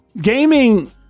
gaming